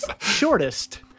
shortest